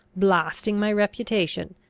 blasting my reputation,